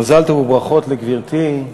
מזל טוב וברכות לגברתי,